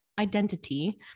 identity